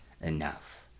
enough